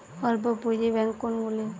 অল্প পুঁজি ব্যাঙ্ক কোনগুলি?